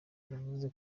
yavuze